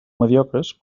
mediocres